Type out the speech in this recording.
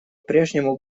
прежнему